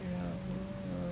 yeah